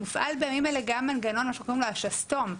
מופעל בימים אלה גם מנגנון שקוראים לו "השסתום".